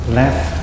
left